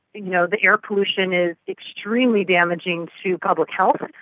you know the air pollution is extremely damaging to public health,